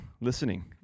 listening